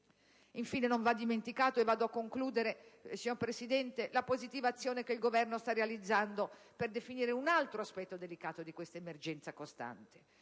Infine, non va dimenticata - mi avvio a concludere, signor Presidente - la positiva azione che il Governo sta realizzando per definire un altro aspetto delicato di questa emergenza costante: